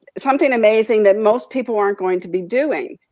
something amazing that most people aren't going to be doing.